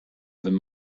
wenn